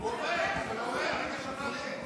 הוא לא פנוי.